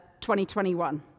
2021